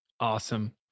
Awesome